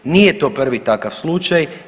Nije to prvi takav slučaj.